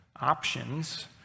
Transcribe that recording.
options